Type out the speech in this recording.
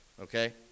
Okay